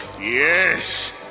Yes